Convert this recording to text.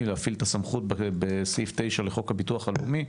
ולהפעיל את הסמכות בסעיף מספר תשע לחוק הביטוח הלאומי,